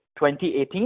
2018